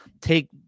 take